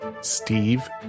Steve